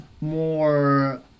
more